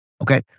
okay